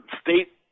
state